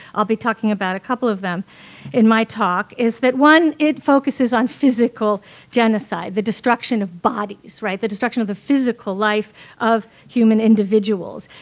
i'll be talking about a couple of them in my talk, is that one, it focuses on physical genocide the destruction of bodies, the destruction of the physical life of human individuals.